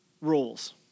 rules